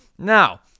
Now